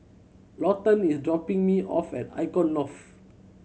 Lawton is dropping me off at Icon Loft